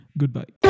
Goodbye